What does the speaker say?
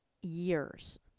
years